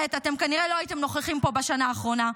אתם כנראה לא הייתם נוכחים פה בשנה האחרונה.